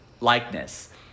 likeness